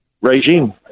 regime